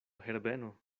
herbeno